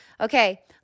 Okay